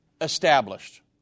established